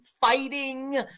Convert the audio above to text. fighting